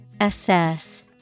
Assess